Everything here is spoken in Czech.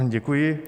Děkuji.